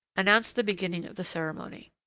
announced the beginning of the ceremony.